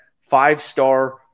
five-star